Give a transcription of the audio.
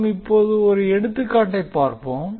நாம் இப்போது ஒரு எடுத்துக்காட்டை பார்ப்போம்